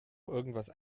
irgendetwas